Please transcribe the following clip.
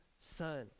son